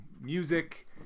music